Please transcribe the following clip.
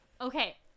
Okay